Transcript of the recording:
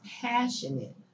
passionate